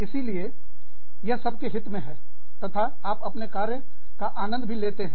इसीलिए यह सब के हित में है तथा आप अपने कार्य का आनंद भी लेते हैं